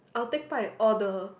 or take part in all the